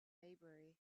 maybury